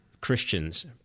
christians